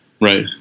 Right